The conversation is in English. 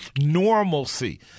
normalcy